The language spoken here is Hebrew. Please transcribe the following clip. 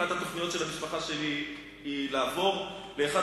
אחת התוכניות של המשפחה שלי היא לעבור לאחד